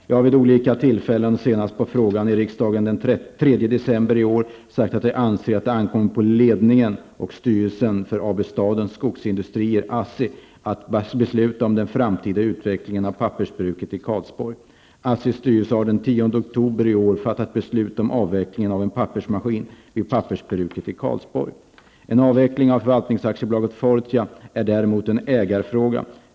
Jag har vid olika tillfällen och senast på fråga i riksdagen den 3 december i år sagt att jag anser att det ankommer på ledningen och styrelsen för AB Statens Skogsindustrier att besluta om den framtida utvecklingen av pappersbruket i En avveckling av Förvaltningsaktiebolaget Fortia är däremot en ägarfråga.